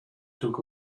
took